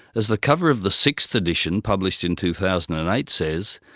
as the cover of the sixth edition published in two thousand and eight says,